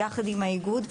ביחד עם האיגוד,